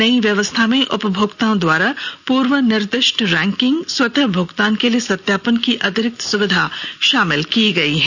नई व्यवस्था में उपभोक्ताओं द्वारा पूर्व निर्दिष्ट रेकरिंग स्वतः भुगतान के लिए सत्यापन की अतिरिक्त सुविधा शामिल की गई है